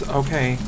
okay